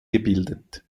gebildet